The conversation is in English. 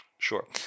Sure